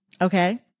Okay